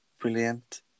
Brilliant